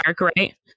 right